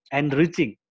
Enriching